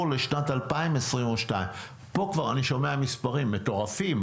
לשנת 2022. פה כבר אני שומע מספרים מטורפים,